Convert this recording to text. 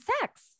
sex